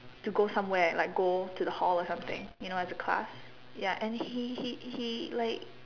to go somewhere like go to the hall or something you know as a class ya and he he he like